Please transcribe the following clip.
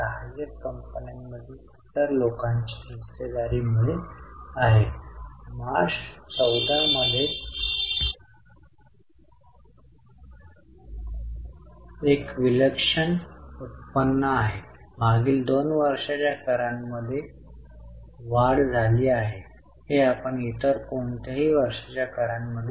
नावा प्रमाणेच मतभेद दर्शवितात म्हणजे ही वेळची वस्तू आहे परंतु चालू वर्षात देय नसलेल्या कोणत्याही करा नंतर ती देय असेल तर ती चालू कर म्हणतात